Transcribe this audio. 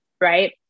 Right